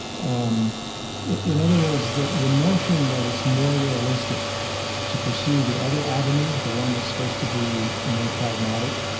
um in other words, the the notion that it's more realistic to pursue the other avenue, the one that's supposed to be more pragmatic,